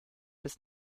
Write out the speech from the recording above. bis